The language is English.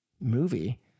movie